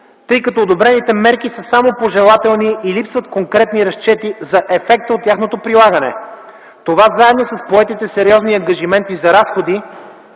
тъй като одобрените мерки са само пожелателни и липсват конкретни разчети за ефекта от тяхното прилагане. Това заедно с поетите сериозни ангажименти за разходи